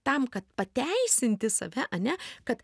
tam kad pateisinti save ane kad